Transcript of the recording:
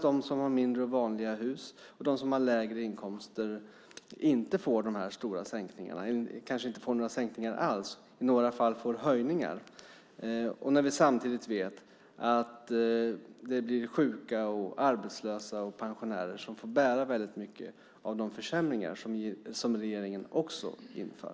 De som har mindre och vanliga hus och de som har lägre inkomster får däremot inte de här stora sänkningarna - de kanske inte får några sänkningar alls utan i några fall höjningar. Samtidigt vet vi att det blir sjuka, arbetslösa och pensionärer som får bära väldigt mycket av de försämringar som regeringen också inför.